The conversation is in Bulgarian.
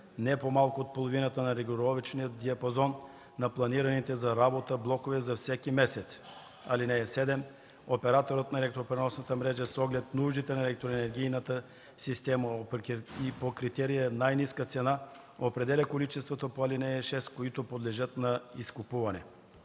не по-малко от половината на регулировъчния диапазон на планираните за работа блокове за всеки месец. (7) Операторът на електропреносната мрежа с оглед нуждите на електроенергийната система и по критерия най-ниска цена определя количествата по ал. 6, които подлежат на изкупуване.”